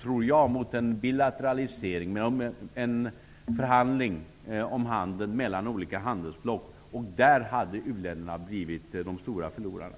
skulle gå mot en bilateralisering. Vid en förhandling om handeln mellan olika handelsblock skulle u-länderna ha blivit de stora förlorarna.